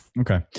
Okay